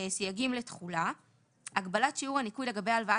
סייגים לתחולה 5. (א)הגבלת שיעור הניכוי לגבי הלוואה